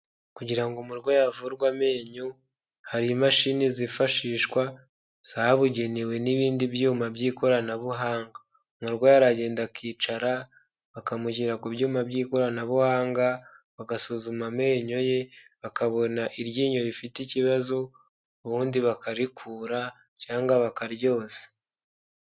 Kugira ngo umurwayi avurwe amenyo hari imashini zifashishwa zabugenewe n'ibindi byuma by'ikoranabuhanga. Umurwayi aragenda akicara bakamushyira ku byuma by'ikoranabuhanga bagasuzuma amenyo ye bakabona iryinyo rifite ikibazo, ubundi bakarikura cyangwa bakaryoza.